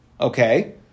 okay